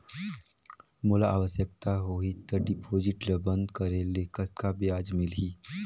मोला आवश्यकता होही त डिपॉजिट ल बंद करे ले कतना ब्याज मिलही?